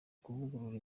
kuvugurura